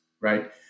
right